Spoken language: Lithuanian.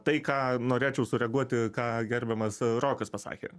tai ką norėčiau sureaguoti ką gerbiamas rokas pasakė